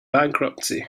bankruptcy